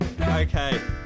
Okay